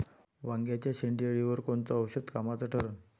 वांग्याच्या शेंडेअळीवर कोनचं औषध कामाचं ठरन?